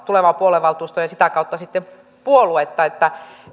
tulevaa puoluevaltuustoa ja sitä kautta sitten puoluetta